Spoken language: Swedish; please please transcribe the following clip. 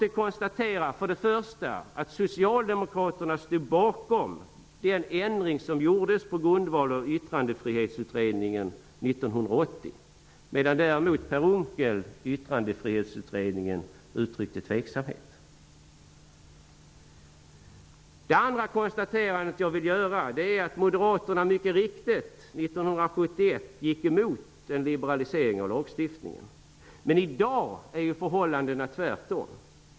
För det första är det bara att konstatera att Socialdemokraterna står bakom den ändring som gjordes på grundval av Unckel där uttryckte tveksamhet. För det andra konstaterar jag att Moderaterna, mycket riktigt, 1971 gick emot en liberalisering av lagstiftningen. Men i dag är ju förhållandena tvärtom.